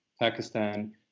Pakistan